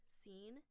scene